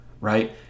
right